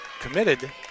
committed